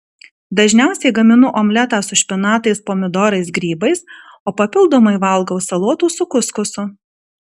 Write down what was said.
dažniausiai gaminu omletą su špinatais pomidorais grybais o papildomai valgau salotų su kuskusu